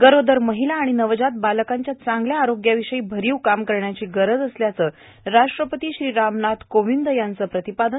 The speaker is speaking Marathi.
गरोदर महिला आणि नवजात बालकांच्या चांगल्या आरोग्याविषयी भरीव काम करण्याची गरज असल्याचं राष्ट्रपती श्री रामनाथ कोविंद यांचं प्रतिपादन